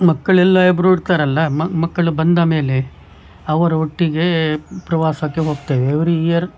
ಮಕ್ಕಳೆಲ್ಲ ಇಬ್ಬರು ಇರ್ತಾರಲ್ಲ ಮಕ್ಕಳು ಬಂದ ಮೇಲೆ ಅವರ ಒಟ್ಟಿಗೇ ಪ್ರವಾಸಕ್ಕೆ ಹೋಗ್ತೇವೆ ಎವ್ರಿ ಇಯರ್